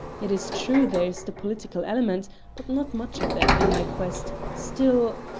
it is true there is the political element but not much of it in my quest, still